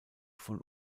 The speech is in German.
von